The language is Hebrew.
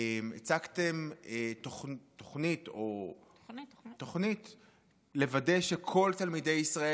הצגתן תוכנית לוודא שכל תלמידי ישראל,